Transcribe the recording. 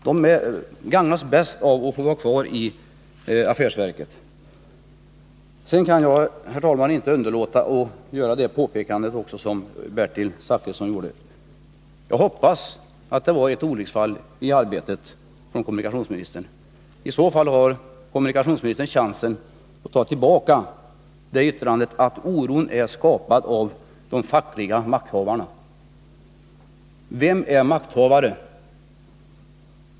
Det gagnas bäst av att få vara kvar i affärsverket. Jag kan inte underlåta att göra samma påpekande som Bertil Zachrisson gjorde. Jag hoppas att det var ett olycksfall i arbetet från kommunikationsministern. I så fall har kommunikationsministern chansen att ta tillbaka yttrandet att oron är skapad av de fackliga makthavarna. Vilka är dessa makthavare?